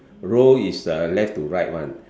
row is uh left to right one